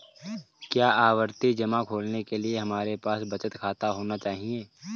क्या आवर्ती जमा खोलने के लिए हमारे पास बचत खाता होना चाहिए?